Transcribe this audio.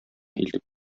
илтеп